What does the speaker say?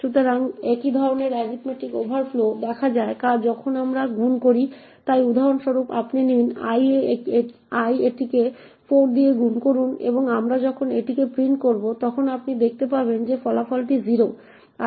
সুতরাং একই ধরনের এরিথমেটিক ওভারফ্লো দেখা যায় যখন আমরা গুণ করি তাই উদাহরণস্বরূপ আপনি নিন l এটিকে 4 দিয়ে গুণ করুন এবং আমরা যখন এটি প্রিন্ট করব তখন আপনি দেখতে পাবেন যে ফলাফলটি 0